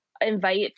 invite